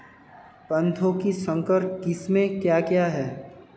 पौधों की संकर किस्में क्या क्या हैं?